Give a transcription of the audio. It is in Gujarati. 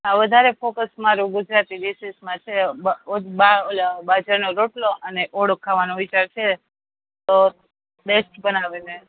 વધારે ફોકસ મારુ ગુજરાતી ડિશિસમાં છે બ ઑ બા ઓલા બાજરીનો રોટલો ને ઓળો ખાવાનો વિચાર છે તો બેસ્ટ બનાવીને